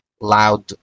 loud